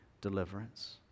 deliverance